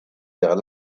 vers